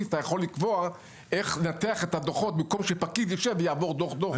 אתה יכול לקבוע איך לנתח את הדוחות במקום שפקיד ישב ויעבור דוח-דוח,